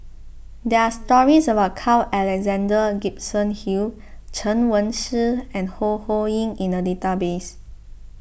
there are stories about Carl Alexander Gibson Hill Chen Wen Hsi and Ho Ho Ying in the database